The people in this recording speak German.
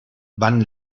wann